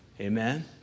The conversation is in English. Amen